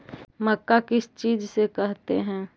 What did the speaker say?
मक्का किस चीज से करते हैं?